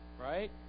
Right